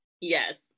Yes